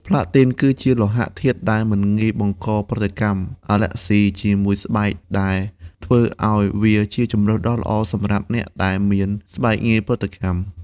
ផ្លាទីនគឺជាលោហៈធាតុដែលមិនងាយបង្កប្រតិកម្មអាឡែហ្ស៊ីជាមួយស្បែក ដែលធ្វើឱ្យវាជាជម្រើសដ៏ល្អសម្រាប់អ្នកដែលមានស្បែកងាយប្រតិកម្ម។